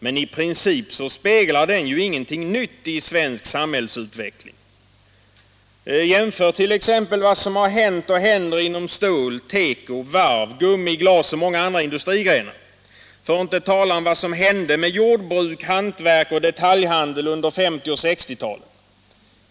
Men i princip speglar den ju ingenting nytt i svensk samhällsutveckling. Jämför t.ex. vad som hänt och händer inom stål-, teko-, varvs-, gummioch glasindustrierna och inom många andra industrigrenar, för att inte tala om vad som hände med jordbruk, hantverk och detaljhandel under 1950 och 1960-talen.